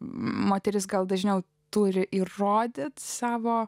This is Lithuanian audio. moteris gal dažniau turi ir rodyti savo